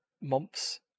months